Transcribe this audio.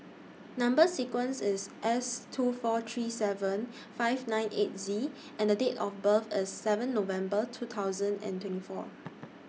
Number sequence IS S two four three seven five nine eight Z and Date of birth IS seven November two thousand and twenty four